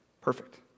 Perfect